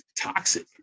toxic